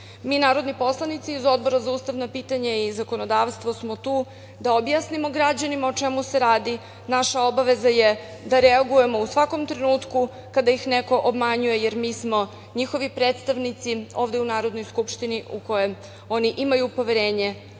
Mi narodni poslanici iz Odbora za ustavna pitanja i zakonodavstvo smo tu da objasnimo građanima o čemu se radi. Naša je obaveza da reagujemo u svakom trenutku kada ih neko obmanjuje, jer mi smo njihovi predstavnici ovde u Narodnoj skupštini, a u koju oni imaju poverenje,